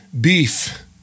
beef